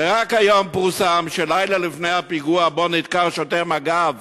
ורק היום פורסם שלילה לפני הפיגוע שבו נדקר שוטר מג"ב